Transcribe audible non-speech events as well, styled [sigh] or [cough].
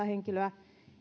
[unintelligible] henkilöä